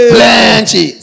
Plenty